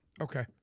Okay